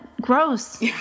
gross